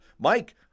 Mike